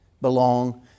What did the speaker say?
belong